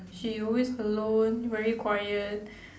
she always alone very quiet